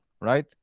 right